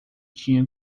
tinha